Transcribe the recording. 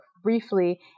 briefly